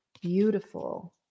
Beautiful